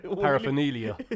paraphernalia